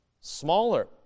smaller